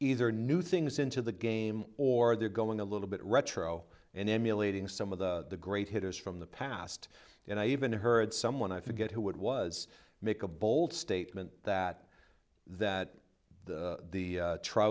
either new things into the game or they're going a little bit retro and emulating some of the great hitters from the past and i even heard someone i forget who it was make a bold statement that that the t